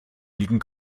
liegen